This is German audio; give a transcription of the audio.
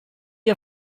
ihr